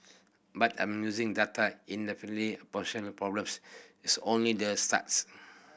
but I'm using data identify a potential problem is only the starts